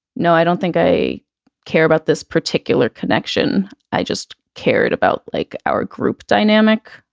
no, i don't think i care about this particular connection. i just cared about like our group dynamic.